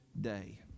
day